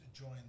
join